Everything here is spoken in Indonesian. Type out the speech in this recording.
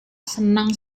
senang